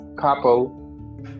couple